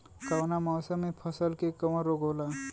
कवना मौसम मे फसल के कवन रोग होला?